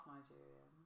Nigerian